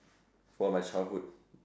for my childhood